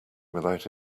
without